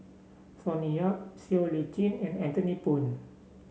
Sonny Yap Siow Lee Chin and Anthony Poon